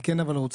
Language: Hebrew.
לא מעט